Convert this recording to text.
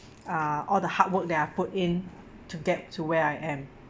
uh all the hard work that I've put in to get to where I am